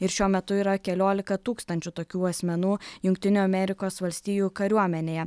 ir šiuo metu yra keliolika tūkstančių tokių asmenų jungtinių amerikos valstijų kariuomenėje